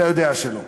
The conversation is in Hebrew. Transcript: אתה יודע שלא.